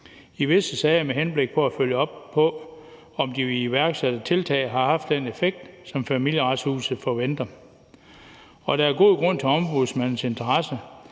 i visse sager i 2021, med henblik på at følge op på, om de iværksatte tiltag har haft den effekt, som Familieretshuset forventer. Der er god grund til Ombudsmandens interesse,